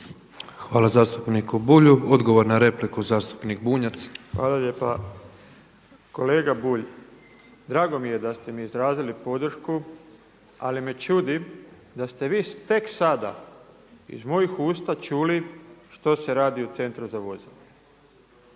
Hvala zastupniku Bulju. Odgovor na repliku zastupnik Bunjac. **Bunjac, Branimir (Živi zid)** Hvala lijepa. Kolega Bulj, drago mi je da ste mi izrazili podršku, ali me čudi da ste vi tek sada iz mojih usta čuli što se radi u Centru za vozila